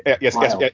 yes